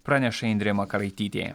praneša indrė makaraitytė